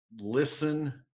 listen